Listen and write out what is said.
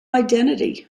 identity